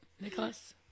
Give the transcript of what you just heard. Nicholas